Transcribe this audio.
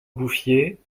bouffier